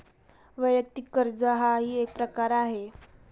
वैयक्तिक कर्ज हाही एक प्रकार आहे